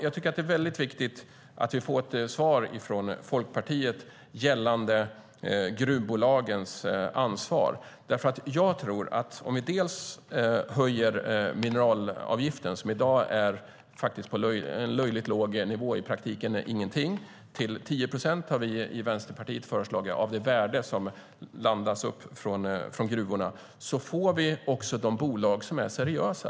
Jag tycker att det är viktigt att vi får ett svar från Folkpartiet gällande gruvbolagens ansvar. Jag tror nämligen att om vi höjer mineralavgiften - den är i dag faktiskt på en löjligt låg nivå, i praktiken ingenting - till 10 procent av det värde som landas från gruvorna, vilket vi i Vänsterpartiet har föreslagit, får vi också de bolag som är seriösa.